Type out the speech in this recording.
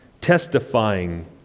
testifying